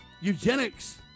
eugenics